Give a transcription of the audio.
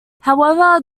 however